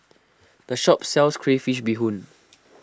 this shop sells Crayfish BeeHoon